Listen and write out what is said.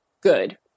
good